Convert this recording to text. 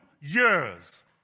years